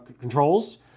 controls